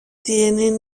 tienen